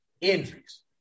injuries